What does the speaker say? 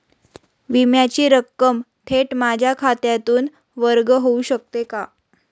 विम्याची रक्कम थेट माझ्या खात्यातून वर्ग होऊ शकते का?